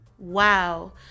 Wow